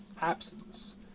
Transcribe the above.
absence